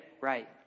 right